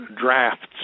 drafts